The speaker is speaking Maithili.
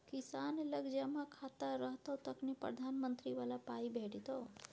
किसान लग जमा खाता रहतौ तखने प्रधानमंत्री बला पाय भेटितो